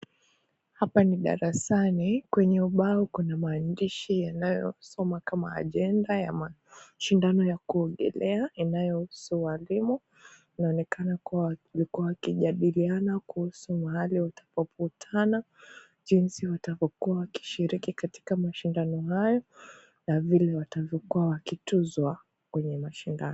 Hapa ni darasani, kwenye ubao kuna maandishi yanayosomwa kama ajenda ya mashindano ya kuogelea inayo husu walimu. Inaonekana kuwa walikua wakijadiliana kuhusu mahali watapokutana jinsi watakavyokuwa wakishiriki katika mashindano hayo, na vile watakuwa wakituzwa kwenye mashindano.